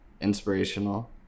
inspirational